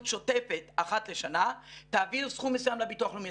שוטפת אחת לשנה תעביר סכום מסוים לביטוח הלאומי.